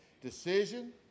decision